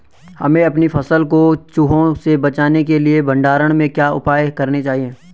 हमें अपनी फसल को चूहों से बचाने के लिए भंडारण में क्या उपाय करने चाहिए?